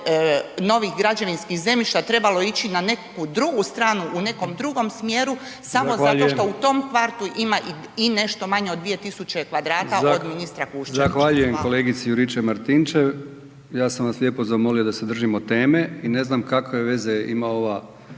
novih građevinskih zemljišta trebalo ići na neku drugu stranu, u nekom drugom smjeru samo zato što …/Upadica: Zahvaljujem./… u tom kvartu ima i nešto manje od 2.000 kvadrata od ministra Kuščevića.